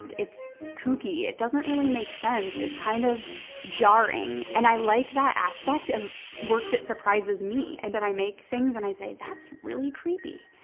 it's kooky, it doesn't really make sense. it's kind of jarring. and i like that aspect of work that surprises me and that i make things and i say, that's really creepy.